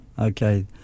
Okay